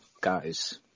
guys